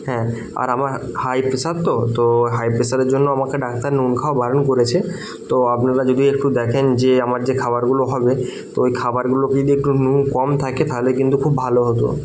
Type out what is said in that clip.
হ্যাঁ আর আমার হাই প্রেসার তো তো হাই প্রেসারের জন্য আমাকে ডাক্তার নুন খাওয়া বারণ করেছে তো আপনারা যদি একটু দেখেন যে আমার যে খাবারগুলো হবে তো ওই খাবারগুলোয় যদি একটু নুন কম থাকে তাহলে কিন্তু খুব ভালো হতো